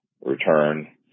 return